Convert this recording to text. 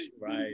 Right